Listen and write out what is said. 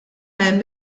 hemm